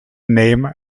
name